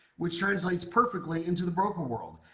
which translates perfectly into the broker world,